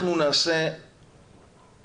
אנחנו נעשה והתחלנו,